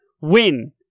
Win